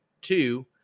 two